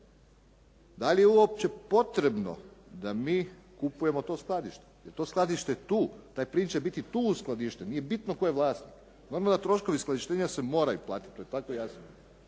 da li je uopće potrebno da mi kupujemo to skladište, jer je to skladište tu, taj plin će biti tu uskladišten. Nije bitno tko je vlasnik. Normalno da troškovi uskladištenja se moraju platiti. To je tako jasno,